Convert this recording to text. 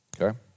okay